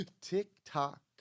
Tick-tock